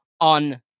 on